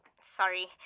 sorry